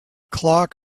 clock